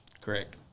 Correct